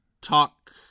talk